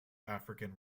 african